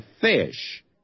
fish